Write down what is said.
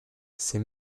ces